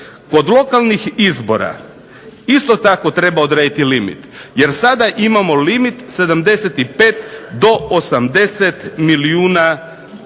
Kod lokalnih izbora isto tako treba odrediti limit, jer sada imamo limit 75 do 80 milijuna kuna